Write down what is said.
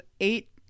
eight